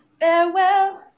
farewell